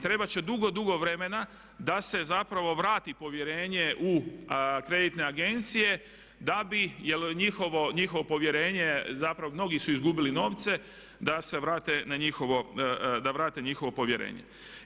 Trebat će dugo, dugo vremena da se zapravo vrati povjerenje u kreditne agencije da bi, jer njihovo povjerenje zapravo mnogi su izgubili novce, da vrate njihovo povjerenje.